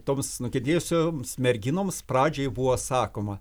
toms nukentėjusioms merginoms pradžiai buvo sakoma